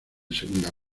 segunda